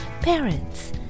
parents